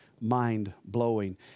mind-blowing